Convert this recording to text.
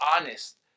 honest